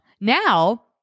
Now